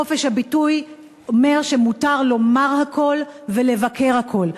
חופש הביטוי אומר שמותר לומר הכול, לבקר הכול.